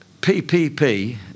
PPP